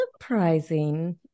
surprising